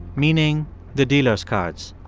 meaning the dealer's cards,